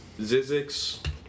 Zizix